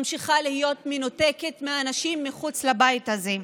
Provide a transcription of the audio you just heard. ממשיכה להיות מנותקת מאנשים מחוץ לבית הזה.